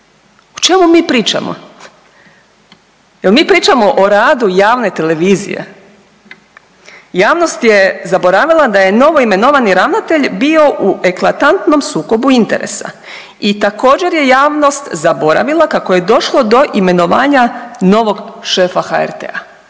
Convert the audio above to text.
O čemu mi pričamo, jel mi pričamo o radu javne televizije? Javnost je zaboravila da je novoimenovani ravnatelj bio u eklatantnom sukobu interesa i također je javnost zaboravila kako je došlo do imenovanja novog šefa HRT-a.